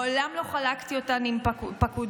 מעולם לא חלקתי אותן עם פקודיי.